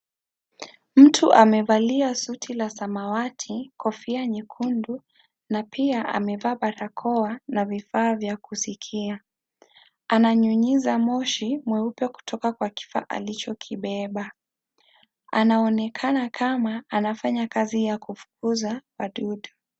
Mtu amevalia suti nyekundu, kofia ya samawati na pia amevaa barakoa na bifaa vya kusikia . Ananyunyiza moshi kutoka kwa kifaa cheupe alichokibeba anaonekana kuwa anafukuza wadudu.